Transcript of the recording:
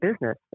business